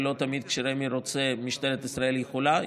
ולא תמיד כשרמ"י רוצה משטרת ישראל יכולה,